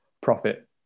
profit